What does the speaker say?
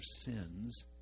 sins